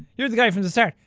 you're the guy from the start.